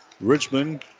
Richmond